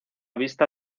vista